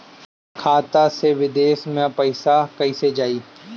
खाता से विदेश मे पैसा कईसे जाई?